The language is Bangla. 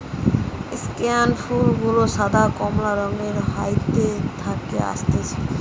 স্কেয়ান ফুল গুলা সাদা, কমলা রঙের হাইতি থেকে অসতিছে